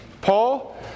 Paul